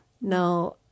Now